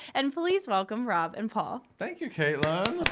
and please welcome rob and paul. thank you, caitlin.